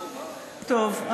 טוב,